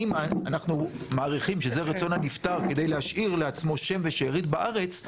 אם אנחנו מעריכים שזה רצון הנפטר כדי להשאיר לעצמו שם ושארית בארץ,